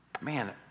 Man